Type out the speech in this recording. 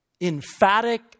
emphatic